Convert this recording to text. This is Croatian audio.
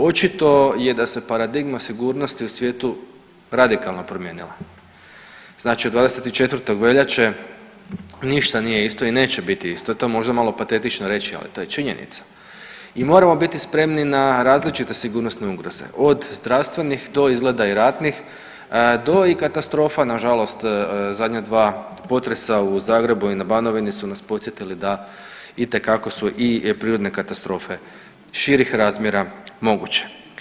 Očito je da se paradigma sigurnosti u svijetu radikalno promijenila, znači od 24. veljače ništa nije isto i neće biti isto, to je možda malo patetično reći, ali to je činjenica i moramo biti spremni na različite sigurnosne ugroze od zdravstvenih, do izgleda i ratnih, do i katastrofa nažalost zadnja dva potresa u Zagrebu i na Banovini su nas podsjetili da itekako su i prirodne katastrofe širih razmjera moguće.